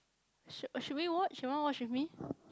should should we watch you want watch with me